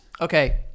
Okay